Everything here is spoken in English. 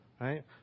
right